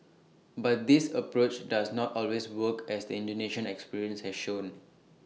but this approach does not always work as the Indonesian experience has shown